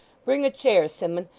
bring a chair, simmun.